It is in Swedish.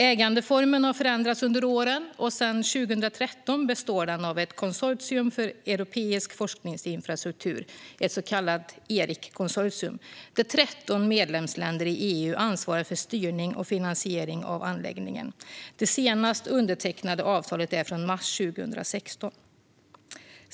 Ägandeformen har förändrats under åren, och sedan 2013 består den av ett konsortium för europeisk forskningsinfrastruktur - det så kallade Eric-konsortiet - där 13 medlemsländer i EU ansvarar för styrning och finansiering av anläggningen. Det senast undertecknade avtalet är från mars 2016.